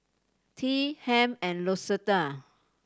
Tea Hamp and Lucetta